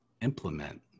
implement